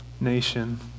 nation